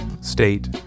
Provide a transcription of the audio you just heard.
state